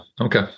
Okay